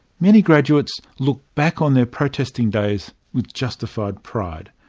many graduates look back on their protesting days with justified pride.